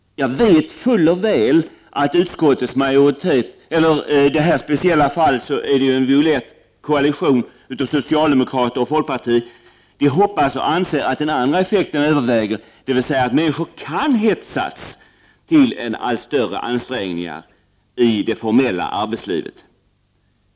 Jag vet fuller väl att utskottets majoritet — i detta speciella fall en violett koalition av socialdemokrater och folkparti — hoppas och anser att den andra effekten kommer att överväga, dvs. att människor kan hetsas till allt större ansträngningar i det formella arbetslivet.